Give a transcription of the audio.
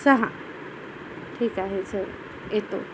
सहा ठीक आहे सर येतो